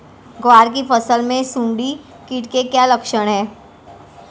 ग्वार की फसल में सुंडी कीट के क्या लक्षण है?